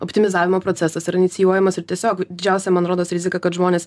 optimizavimo procesas yra inicijuojamas ir tiesiog didžiausia man rodos rizika kad žmonės